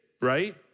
right